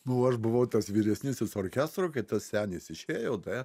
nu aš buvau tas vyresnysis orkestro kai tas senis išėjo tai